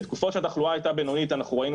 בתקופות שהתחלואה הייתה בינונית אנחנו ראינו